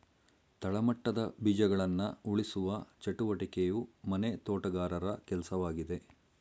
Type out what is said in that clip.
ತಳಮಟ್ಟದ ಬೀಜಗಳನ್ನ ಉಳಿಸುವ ಚಟುವಟಿಕೆಯು ಮನೆ ತೋಟಗಾರರ ಕೆಲ್ಸವಾಗಿದೆ